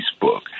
Facebook